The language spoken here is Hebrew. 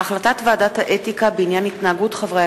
החלטת ועדת האתיקה בעניין התנהגות חברי